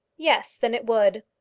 yes then it would.